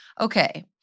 Okay